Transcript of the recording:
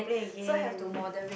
so have to moderate